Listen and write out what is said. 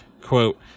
quote